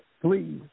Please